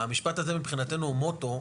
המשפט הזה מבחינתנו הוא מוטו,